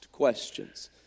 questions